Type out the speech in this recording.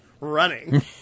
running